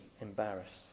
embarrassed